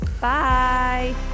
bye